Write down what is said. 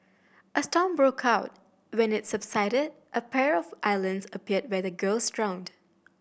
a storm broke out when it subsided a pair of islands appeared where the girls drowned